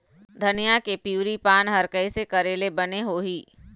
धनिया के पिवरी पान हर कइसे करेले बने होही?